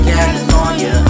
California